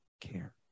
care